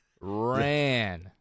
ran